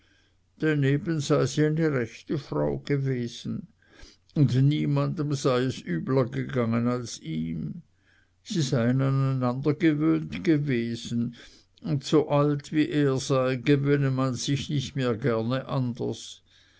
daneben sei sie eine rechte frau gewesen und niemanden sei es übler gegangen als ihm sie seien an einander gewöhnt gewesen und so alt wie er sei gewöhne man sich nicht mehr gerne anders